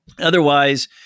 Otherwise